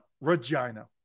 Regina